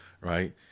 Right